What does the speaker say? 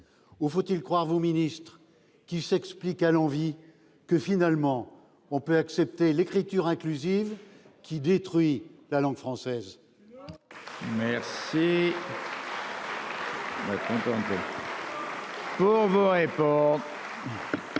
Ou faut-il croire vos ministres qui s'explique à l'envi que finalement on peut accepter l'écriture inclusive qui détruit la langue française. Pour vous répondre.